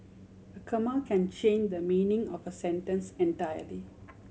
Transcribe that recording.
a comma can change the meaning of a sentence entirely